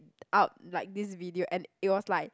out like this video and it was like